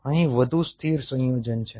અહીં વધુ સ્થિર સંયોજન છે